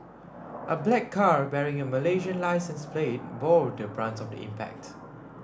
a black car bearing a Malaysian licence plate bore the brunt of the impact